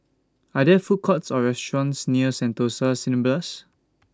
Are There Food Courts Or restaurants near Sentosa Cineblast